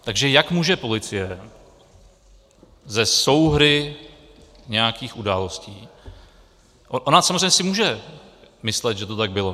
Takže jak může policie ze souhry nějakých událostí ona samozřejmě si může myslet, že to tak bylo.